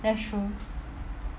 that's true